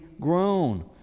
grown